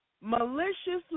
maliciously